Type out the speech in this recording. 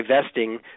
divesting